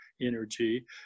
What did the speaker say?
energy